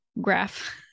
graph